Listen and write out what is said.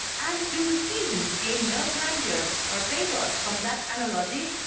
and do the seasons gain no grandeur or pathos from that analogy?